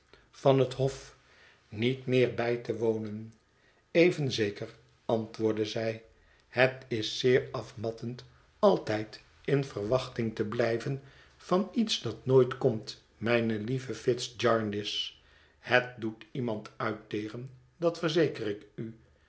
van het hof niet meer bij te wonen even zeker antwoordde zij het is zeer afmattend altijd in verwachting te blijven van iets dat nooit komt mijne lieve fitz jarndyce het doet iemand uitteren dat verzeker ik u